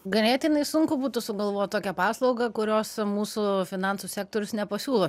ganėtinai sunku būtų sugalvot tokią paslaugą kurios mūsų finansų sektorius nepasiūlo